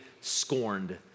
scorned